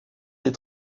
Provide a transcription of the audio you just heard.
les